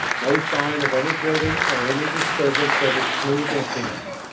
no sign of any building or any disturbance of its smooth emptiness.